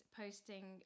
posting